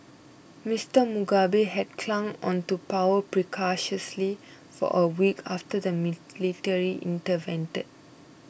Mister Mugabe had clung on to power precariously for a week after the military intervened